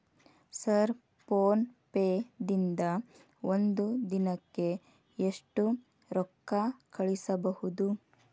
Sir PhonePe ದಿಂದ ಒಂದು ದಿನಕ್ಕೆ ಎಷ್ಟು ರೊಕ್ಕಾ ಕಳಿಸಬಹುದು?